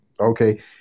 okay